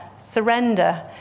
surrender